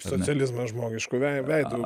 socializmas žmogišku vei veidu